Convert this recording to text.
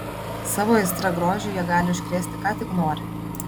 savo aistra grožiui jie gali užkrėsti ką tik nori